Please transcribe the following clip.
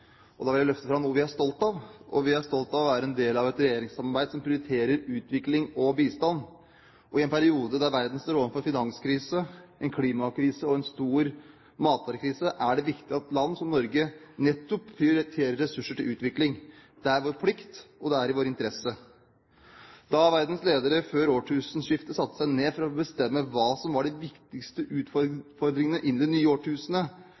og da vil jeg løfte fram noe vi er stolt av. Vi er stolt av å være en del av et regjeringssamarbeid som prioriterer utvikling og bistand, og i en periode da verden står overfor en finanskrise, en klimakrise og en stor matvarekrise, er det viktig at land som Norge nettopp prioriterer ressurser til utvikling. Det er vår plikt, og det er i vår interesse. Da verdens ledere før årtusenskiftet satte seg ned for å bestemme hva som var de viktigste utfordringene inn i det nye årtusenet,